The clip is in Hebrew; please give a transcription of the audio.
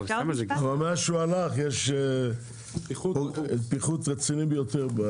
אבל מאז שהוא הלך יש פיחות רציני ביותר.